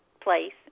place